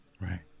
Right